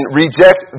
reject